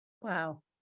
Wow